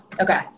okay